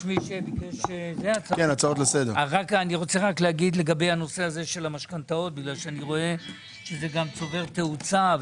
אני רוצה לדבר על נושא המשכנתאות כי אני רואה שזה צובר תאוצה.